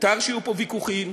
מותר שיהיו פה ויכוחים,